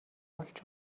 болж